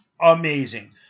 amazing